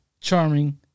charming